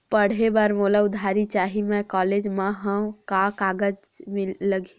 पढ़े बर मोला उधारी चाही मैं कॉलेज मा हव, का कागज लगही?